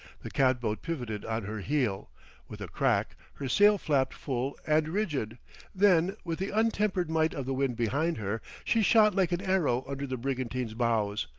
the cat-boat pivoted on her heel with a crack her sail flapped full and rigid then, with the untempered might of the wind behind her, she shot like an arrow under the brigantine's bows,